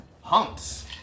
hunts